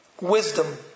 wisdom